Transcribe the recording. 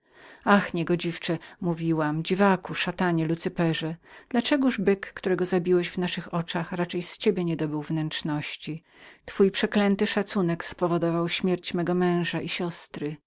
ach niegodziwcze mówiłam dziwaku belzebubie szatanie lucyperze dla czegoż byk którego zabiłeś w naszych oczach raczej z ciebie nie dobył wnętrzności twój przeklęty szacunek spowodował i śmierć mojej siostry